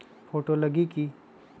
Photo लगी कि?